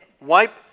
Wipe